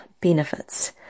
benefits